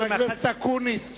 חבר הכנסת אקוניס,